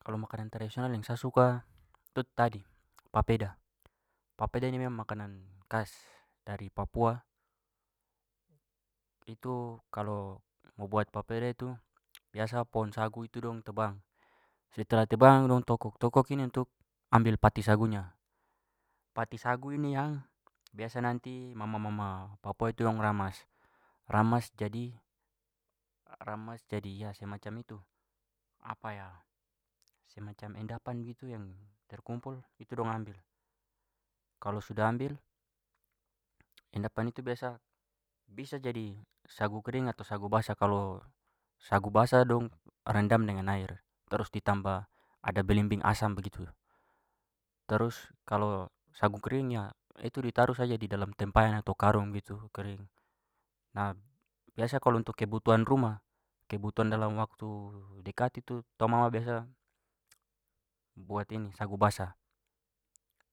Kalau makanan tradisional yang sa suka itu tadi papeda. Papeda ini memang makanan khas dari papua. Itu kalau mau buat papeda itu biasa pohon sagu itu dong tebang. Setelah tebang dong tokok, tokok ini untuk ambil pati sagunya. Pati sagu ini yang biasa nanti mama-mama papua itu dong ramas, ramas jadi- ramas jadi semacam itu semacam endapan begitu yang terkumpul itu dong ambil. Kalau sudah ambil endapan itu biasa bisa jadi sagu kering atau sagu basah. Kalau sagu basah dong rendam dengan air, terus ditambah ada belimbing asam begitu. Terus kalau sagu kering itu ditaruh saja di dalam tempayan atau karung begitu kering. Biasa untuk kebutuhan rumah, kebutuhan dalam waktu dekat itu tong mama biasa buat sagu basah.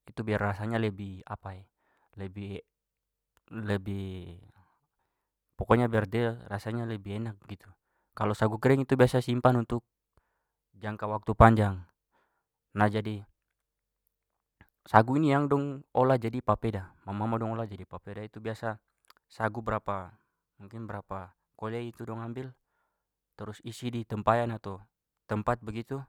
Itu biar rasanya lebih lebih- lebih pokoknya biar dia rasanya lebih enak begitu. Kalau sagu kering itu biasa simpan untuk jangka waktu panjang. Nah, jadi sagu ini yang dong olah jadi papeda, mama-mama dong olah jadi papeda. Itu biasa sagu berapa- mungkin berapa kolay itu dong ambil terus isi di tempayan atau tempat begitu.